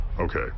Okay